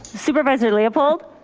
supervisor leopold.